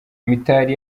mitali